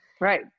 Right